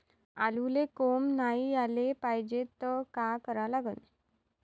आलूले कोंब नाई याले पायजे त का करा लागन?